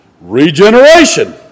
regeneration